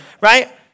right